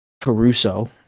Caruso